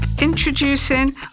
Introducing